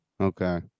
Okay